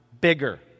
bigger